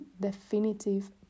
definitive